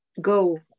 go